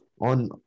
on